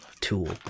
tool